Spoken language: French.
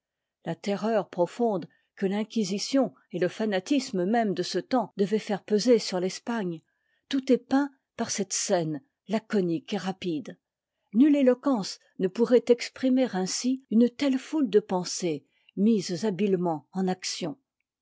la terreur profonde que l'inquisition et le fanatisnie même de ce temps devaient faire peser sur l'espagne tout est peint par cette scène laconique et rapide nulle éloquence ne pourrait exprimer ainsi une telle foule de pensées mises habilement en action